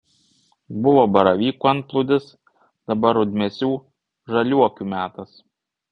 buvo baravykų antplūdis dabar rudmėsių žaliuokių metas